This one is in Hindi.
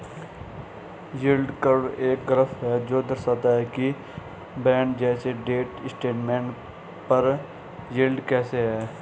यील्ड कर्व एक ग्राफ है जो दर्शाता है कि बॉन्ड जैसे डेट इंस्ट्रूमेंट पर यील्ड कैसे है